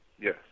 Yes